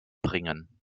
bringen